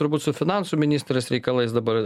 turbūt su finansų ministrės reikalais dabar